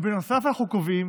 בנוסף, אנחנו קובעים